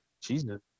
Jesus